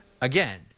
again